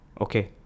Okay